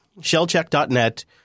shellcheck.net